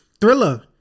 Thriller